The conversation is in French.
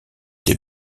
des